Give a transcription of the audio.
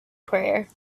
prayer